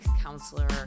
counselor